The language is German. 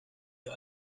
ihr